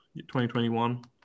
2021